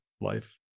life